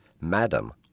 madam